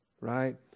right